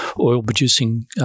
oil-producing